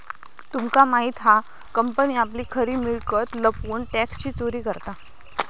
तुमका माहित हा कंपनी आपली खरी मिळकत लपवून टॅक्सची चोरी करता